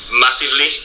massively